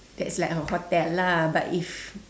that's like a hotel lah but if